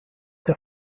der